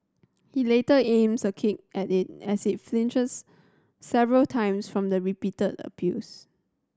he later aims a kick at it as it flinches several times from the repeated abuse